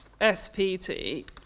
SPT